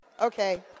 Okay